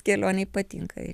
kelionei patinka ir